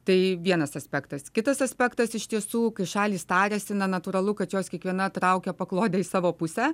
tai vienas aspektas kitas aspektas iš tiesų kai šalys tariasi na natūralu kad jos kiekviena traukia paklodę į savo pusę